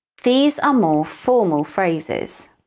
these are more formal phrases.